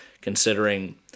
considering